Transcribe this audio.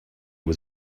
was